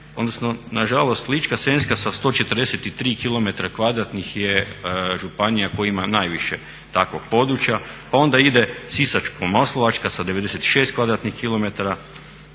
nažalost Ličko-senjska sa 143 km2 je županija koja ima najviše takvog područja, pa onda ide Sisačko-moslavačka sa 96 km2,